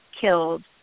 killed